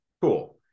cool